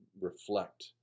reflect